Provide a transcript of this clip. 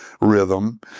rhythm